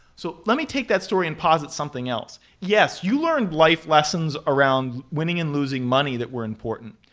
so let me take that story and posit something else. yes, you learn life lessons around winning and losing money that were important,